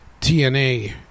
tna